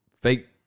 fake